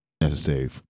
necessary